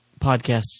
podcasts